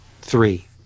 three